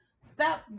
Stop